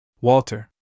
Walter